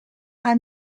are